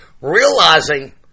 realizing